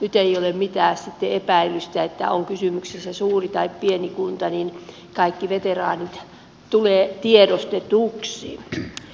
nyt ei ole sitten mitään epäilystä on kysymyksessä suuri tai pieni kunta kaikki veteraanit tulevat tiedostetuiksi